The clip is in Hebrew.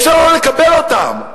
אפשר לא לקבל אותם,